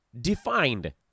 defined